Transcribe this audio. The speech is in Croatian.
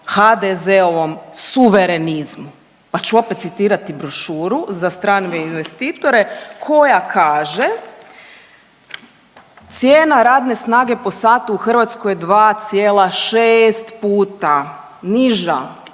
HDZ-ovom suverenizmu. Pa ću opet citirati brošuru za strane investitore koja kaže, cijena radne snage po satu u Hrvatskoj je 2,6 puta niža